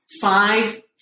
five